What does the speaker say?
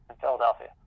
Philadelphia